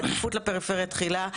בעדיפות לפריפריה תחילה,